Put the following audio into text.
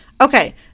Okay